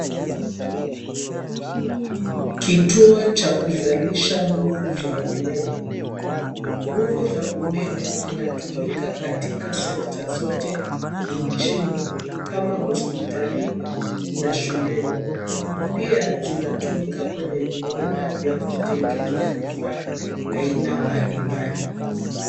Kituo cha kuzalisha nguvu za umeme. Nguvu za umeme zinatumika katika sekta zote inchini kama hospitalini na shuleni. Pia zinatumika kwenye viwanda vya kutengeza vifa haina mbalimba.